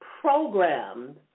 programmed